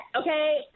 okay